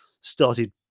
started